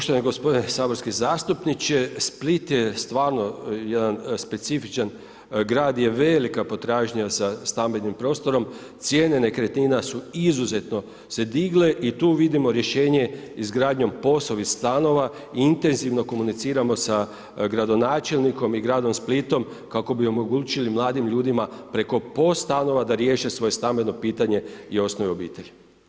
Poštovani gospodine saborski zastupniče, Split je stvarno jedan specifičan grad je velika potražnja za stambenim prostorom, cijene nekretnina su izuzetno se digle i tu vidimo rješenje izgradnjom POS-ovih stanova i intenzivno komuniciramo sa gradonačelnikom i gradom Splitom kako bi omogućili mladim ljudima preko POS stanova da riješe svoje stambeno pitanje i osnuju obitelj.